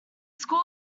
school